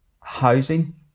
housing